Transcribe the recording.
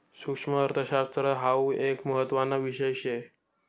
सुक्ष्मअर्थशास्त्र हाउ एक महत्त्वाना विषय शे